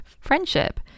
friendship